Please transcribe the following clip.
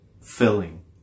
filling